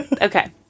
Okay